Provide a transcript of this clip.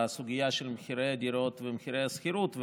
לסוגיה של מחירי הדירות ומחירי השכירות,